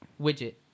Widget